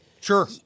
Sure